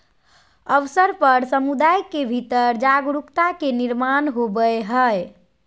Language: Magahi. अवसर पर समुदाय के भीतर जागरूकता के निर्माण होबय हइ